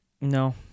No